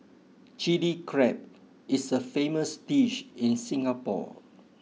chilli crab is a famous dish in Singapore